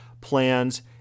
plans